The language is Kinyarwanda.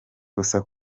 gusa